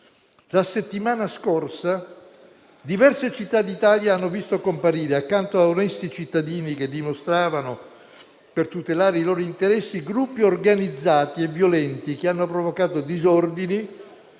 La settimana scorsa diverse città d'Italia hanno visto comparire, accanto a onesti cittadini che manifestavano per tutelare i loro interessi, gruppi organizzati e violenti, che hanno provocato disordini,